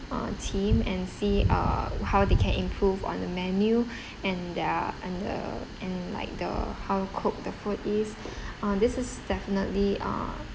uh team and see uh how they can improve on the menu and their and the and like the how cooked the food is uh this is definitely uh